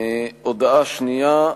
הודעה שנייה,